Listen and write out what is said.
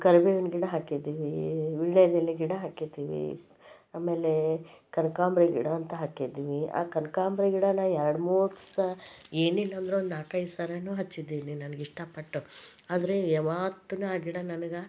ಕರಿಬೇವಿನ ಗಿಡ ಹಾಕಿದೀವಿ ವೀಳ್ಯದೆಲೆ ಗಿಡ ಹಾಕಿದೀವಿ ಆಮೇಲೆ ಕನಕಾಂಬರಿ ಗಿಡ ಅಂತ ಹಾಕಿದ್ದೀನಿ ಆ ಕನಕಾಂಬ್ರಿ ಗಿಡಾನ ಎರಡು ಮೂರು ತ ಏನಿಲ್ಲ ಅಂದರೂ ಒಂದು ನಾಲ್ಕೈದು ಸಲನೂ ಹಚ್ಚಿದ್ದೀನಿ ನನಗೆ ಇಷ್ಟಪಟ್ಟು ಆದರೆ ಯಾವತ್ತುನೂ ಆ ಗಿಡ ನನಗೆ